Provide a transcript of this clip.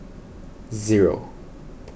zero